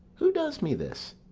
who does me this,